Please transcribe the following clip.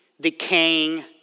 decaying